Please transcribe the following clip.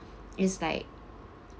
it's like